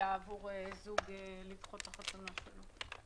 לציפייה עבור זוג לדחות את החתונה שלו.